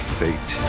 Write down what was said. fate